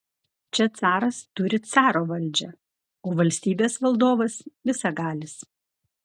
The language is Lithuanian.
čia caras turi caro valdžią o valstybės vadovas visagalis